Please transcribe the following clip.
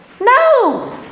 No